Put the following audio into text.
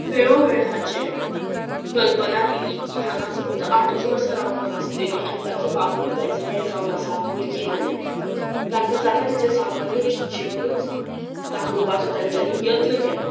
वेळोवेळ हाचें कल्पना दिली की हांगा ती फक्त आठूच वर्सां रावपाक आसतलीं आनी तांचो बापूय प्रेजिडेंट जावन आसा भुरगीं न्हय तांकां जाता तितलें सामान्य जिवनूच दाखोवपाचो तांच्यांनी यत्न केलो